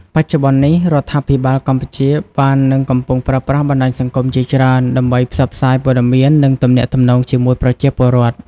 បច្ចុប្បន្ននេះ រដ្ឋាភិបាលកម្ពុជាបាននឹងកំពុងប្រើប្រាស់បណ្ដាញសង្គមជាច្រើន ដើម្បីផ្សព្វផ្សាយព័ត៌មាន និងទំនាក់ទំនងជាមួយប្រជាពលរដ្ឋ។